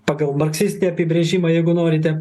pagal marksistinį apibrėžimą jeigu norite